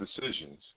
decisions